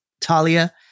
Talia